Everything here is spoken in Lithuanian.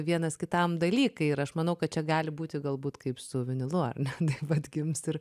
vienas kitam dalykai ir aš manau kad čia gali būti galbūt kaip su vinilu ar ne taip atgims ir